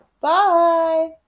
Bye